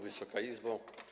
Wysoka Izbo!